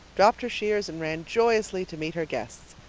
dropped her shears and ran joyously to meet her guests,